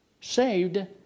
saved